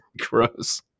Gross